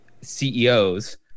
CEOs